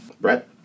Brett